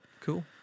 cool